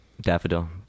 daffodil